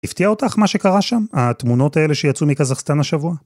הפתיע אותך מה שקרה שם? התמונות האלה שיצאו מקזחסטן השבוע?